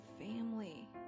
family